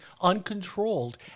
uncontrolled